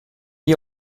ihr